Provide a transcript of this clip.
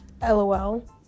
LOL